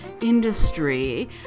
industry